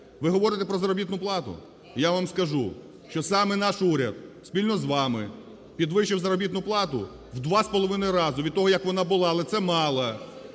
Ви говорите про заробітну плату? Я вам скажу, що саме наш уряд спільно з вами підвищив заробітну плату в 2,5 рази від того, як вона була, але це мало.